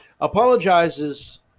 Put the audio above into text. apologizes